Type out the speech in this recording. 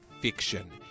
fiction